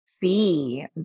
see